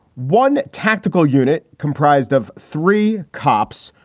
one tactical unit comprised of three cops,